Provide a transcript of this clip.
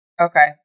okay